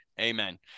Amen